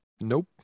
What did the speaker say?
Nope